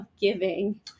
giving